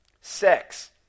Sex